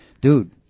dude